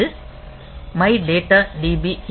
இது my data DB India